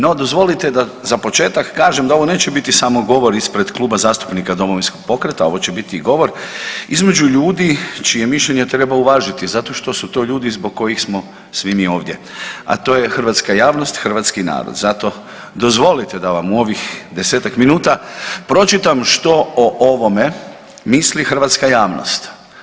No, dozvolite da za početak kažem da ovo neće biti samo govor ispred Kluba zastupnika Domovinskog pokreta, ovo će biti govor između ljudi čije mišljenje treba uvažiti zato što su to ljudi zbog kojih smo svi mi ovdje, a to je hrvatska javnost, hrvatski narod, zato, dozvolite da vam u ovih 10-ak minuta pročitam što o ovome misli hrvatska javnost.